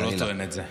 הוא לא טוען את זה.